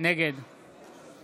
נגד